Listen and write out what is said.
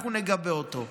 אנחנו נגבה אותו,